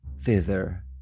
thither